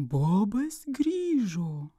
bobas grįžo